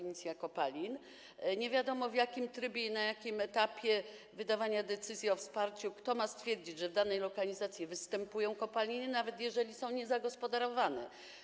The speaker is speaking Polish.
Nie wiadomo, w jakim trybie, na jakim etapie wydawania decyzji o wsparciu i kto ma stwierdzić, że w danej lokalizacji występują kopaliny, nawet jeżeli są niezagospodarowane.